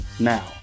Now